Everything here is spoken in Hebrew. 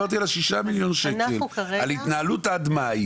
מבחינתה אנחנו מבקשים הכפלה של התקציב,